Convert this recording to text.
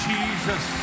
Jesus